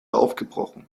aufgebrochen